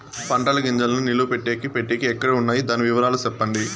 పంటల గింజల్ని నిలువ పెట్టేకి పెట్టేకి ఎక్కడ వున్నాయి? దాని వివరాలు సెప్పండి?